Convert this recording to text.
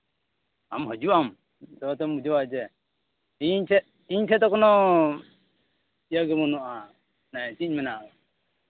ᱟᱢ ᱦᱤᱡᱩᱜ ᱟᱢ ᱛᱚᱵᱮ ᱛᱚᱢ ᱵᱩᱡᱷᱟᱹᱣᱟ ᱡᱮ ᱤᱧ ᱴᱷᱮᱱ ᱤᱧ ᱴᱷᱮᱱ ᱫᱚ ᱠᱳᱱᱚ ᱤᱭᱟᱹ ᱜᱮ ᱵᱟᱹᱱᱩᱜᱼᱟ ᱪᱮᱫ ᱤᱧ ᱢᱮᱱᱟ